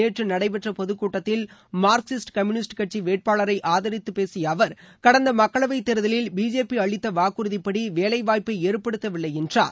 நேற்றுநடைபெற்றபொதுக்கூட்டத்தில் communist Marxist கோயம்புத்துாரில் கட்சிவேட்பாளரைஆதரித்துப் பேசியஅவர் கடந்தமக்களவைத் தேர்தலில் பிஜேபிஅளித்தவாக்குறுதிப்படிவேலைவாய்ப்பைஏற்படுத்தவில்லைஎன்றார்